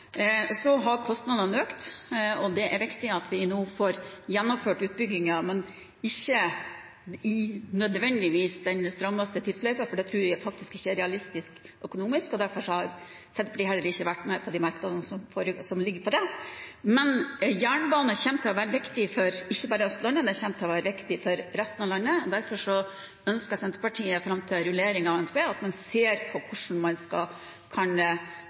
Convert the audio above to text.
Så har kostnadene økt. Det er viktig at vi nå får gjennomført utbyggingen, men ikke nødvendigvis i den strammeste tidsløypen, for det tror jeg faktisk ikke er realistisk økonomisk. Derfor har Senterpartiet heller ikke vært med på merknadene om det. Men jernbane kommer til å være viktig – ikke bare for Østlandet, men også for resten av landet. Derfor ønsker Senterpartiet fram til rulleringen av NTP at en ser på hvordan man kan ta de lange banestrekningene videre inn i en ny tid, både når det gjelder elektrifisering og når det gjelder med tanke på hvordan man skal